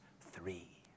Three